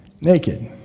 Naked